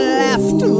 left